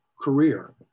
career